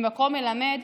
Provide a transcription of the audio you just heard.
ממקום מלמד,